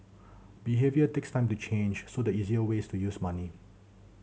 behaviour takes time to change so the easiest way is to use money